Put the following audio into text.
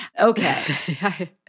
Okay